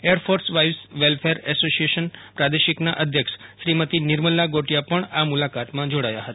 air force wives welfare association પ્રાદેશિકના અધ્યક્ષ શ્રીમતી નિર્મલા ઘોટિયા પણ આ મુલાકાતમાં જોડાયા હતા